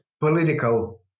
political